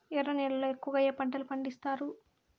ఎర్ర నేలల్లో ఎక్కువగా ఏ పంటలు పండిస్తారు